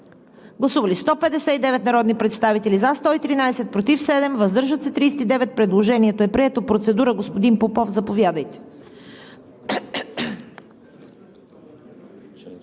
Гласували 159 народни представители: за 113, против 7, въздържали се 39. Предложението е прието. Господин Попов, заповядайте